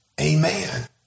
Amen